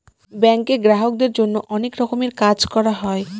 ব্যাঙ্কে গ্রাহকদের জন্য অনেক রকমের কাজ করা হয়